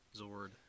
Zord